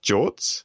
Jorts